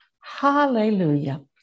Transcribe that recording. Hallelujah